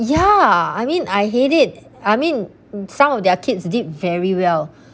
ya I mean I hate it I mean some of their kids did very well